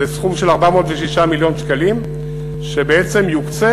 זה סכום של 406 מיליון שקלים שבעצם יוקצה